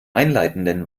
einleitenden